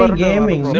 ah gaming